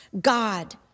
God